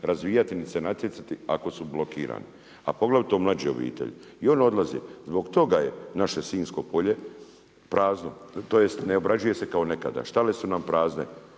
razvijati niti se natjecati ako su blokirani, a poglavito mlađe obitelji. I oni odlaze. Zbog toga je naše Sinsko polje prazno, tj. ne obrađuje se kao nekada. Štale su nam prazne,